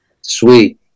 Sweet